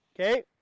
okay